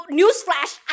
newsflash